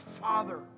Father